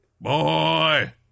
Boy